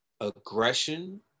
aggression